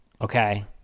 Okay